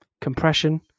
compression